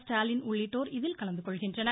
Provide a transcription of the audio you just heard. ஸ்டாலின் உள்ளிட்டோர் இதில் கலந்து கொள்கின்றனர்